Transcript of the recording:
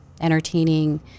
entertaining